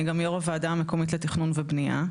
אני גם יו"ר הוועדה המקומית לתכנון ובניה,